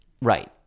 Right